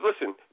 listen